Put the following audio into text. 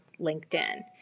LinkedIn